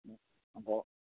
অঁ হ'ব